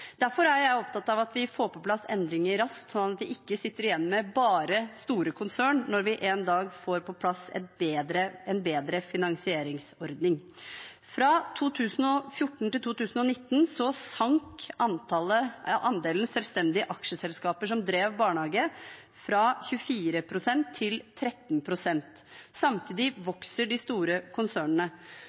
Derfor er jeg opptatt av at vi får på plass endringer raskt, slik at vi ikke sitter igjen med bare store konsern når vi en dag får på plass en bedre finansieringsordning. Fra 2014 til 2019 sank andelen selvstendige aksjeselskaper som drev barnehage, fra 24 pst. til 13 pst. Samtidig vokser de store konsernene.